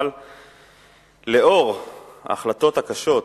אבל עקב ההחלטות הקשות,